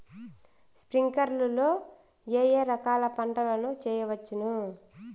స్ప్రింక్లర్లు లో ఏ ఏ రకాల పంటల ను చేయవచ్చును?